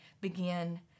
begin